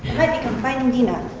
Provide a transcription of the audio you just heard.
might become finding dina.